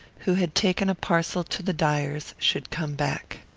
who had taken a parcel to the dyer's, should come back.